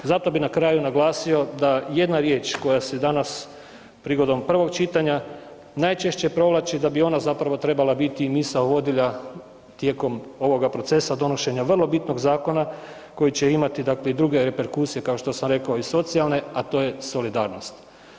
Zato bi na kraju naglasio da jedna riječ koja se danas prigodom prvog čitanja najčešće provlači da bi ona trebala biti i misao vodilja tijekom ovoga procesa donošenja vrlo bitnog zakona koji će imati i druge reperkusije, kao što sam rekao i socijalne, a to je solidarnost.